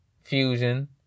Fusion